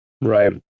Right